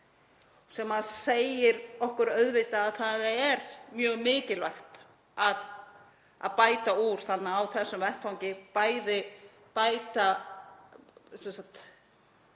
sem segir okkur auðvitað að það er mjög mikilvægt að bæta úr á þessum vettvangi, bæði leggja